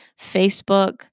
Facebook